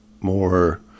more